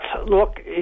look